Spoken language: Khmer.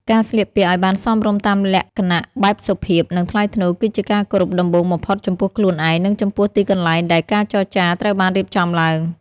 ការស្លៀកពាក់ឱ្យបានសមរម្យតាមលក្ខណៈបែបសុភាព និងថ្លៃថ្នូរ គឺជាការគោរពដំបូងបំផុតចំពោះខ្លួនឯង និងចំពោះទីកន្លែងដែលការចរចាត្រូវបានរៀបចំឡើង។